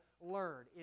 learn